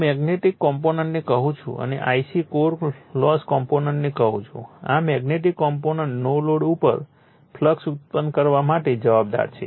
હું મેગ્નેટિક કોમ્પોનન્ટને કહું છું અને Ic કોર લોસ કોમ્પોનન્ટોને કહું છું આ મેગ્નેટિક કોમ્પોનન્ટ નો લોડ ઉપર ફ્લક્સ ઉત્પન્ન કરવા માટે જવાબદાર છે